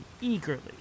eagerly